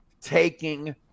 taking